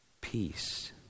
Peace